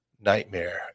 nightmare